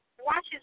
watches